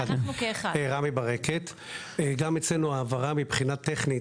רמי ברקת, גם אצלנו העברה מבחינה טכנית,